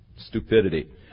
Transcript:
stupidity